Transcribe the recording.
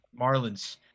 Marlins